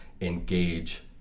engage